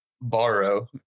borrow